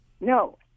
No